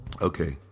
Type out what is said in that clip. Okay